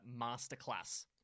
Masterclass